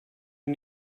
you